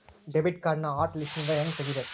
debit ಕಾರ್ಡ್ನ hot ಲಿಸ್ಟ್ನಿಂದ ಹೆಂಗ ತೆಗಿಬೇಕ